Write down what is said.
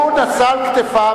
הוא, הוא, הוא נשא על כתפיו,